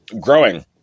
growing